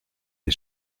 les